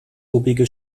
obige